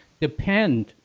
depend